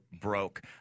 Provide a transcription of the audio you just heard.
broke